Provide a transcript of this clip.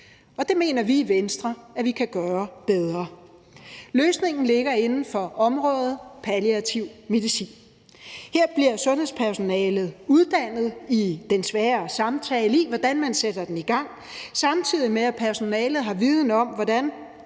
Det mener vi i Venstre at vi kan gøre bedre. Løsningen ligger inden for området palliativ medicin. Her bliver sundhedspersonalet uddannet i den svære samtale, i, hvordan man sætter den i gang, samtidig med at personalet har viden om, hvordan